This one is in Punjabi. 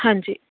ਹਾਂਜੀ